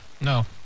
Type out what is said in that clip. No